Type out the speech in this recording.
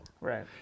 right